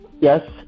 Yes